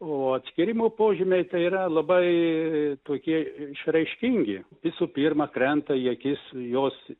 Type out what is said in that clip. o atskyrimo požymiai tai yra labai tokie išraiškingi visų pirma krenta į akis jos